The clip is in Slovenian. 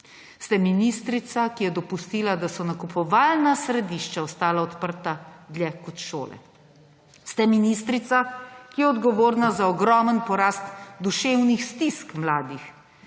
Ste ministrica, ki je dopustila, da so nakupovalna središča ostala odprta dlje kot šole. Ste ministrica, ki je odgovorna za ogromen porast duševnih stisk mladih.